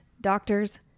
doctors